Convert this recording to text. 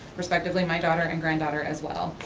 respectively my daughter and granddaughter as well.